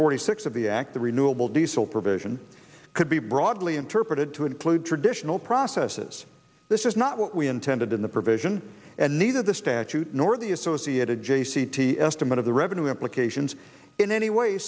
forty six of the act the renewable diesel provision could be broadly interpreted to include traditional processes this is not what we intended the provision and neither the statute nor the associated j c t estimate of the revenue implications in any way